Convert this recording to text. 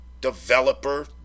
developer